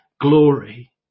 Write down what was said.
glory